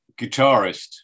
guitarist